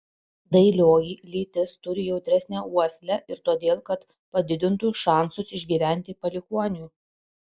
dailioji lytis turi jautresnę uoslę ir todėl kad padidintų šansus išgyventi palikuoniui